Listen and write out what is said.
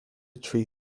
tree